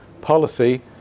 policy